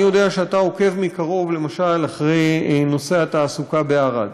אני יודע שאתה עוקב מקרוב למשל אחרי נושא התעסוקה בערד.